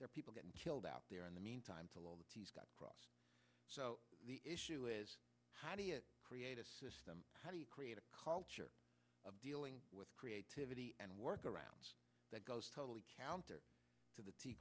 there are people getting killed out there in the meantime from all the t s got crossed so the issue is how do you create a system how do you create a culture of dealing with creativity and workarounds that goes totally counter to the